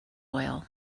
oil